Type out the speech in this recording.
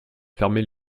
fermer